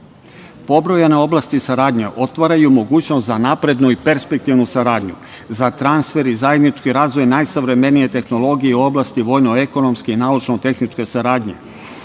u oblasti saradnje otvaraju mogućnost za naprednu i perspektivnu saradnju, za transfer i zajednički razvoj najsavremenije tehnologije u oblasti vojno-ekonomske i naučno-tehničke saradnje,